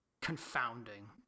Confounding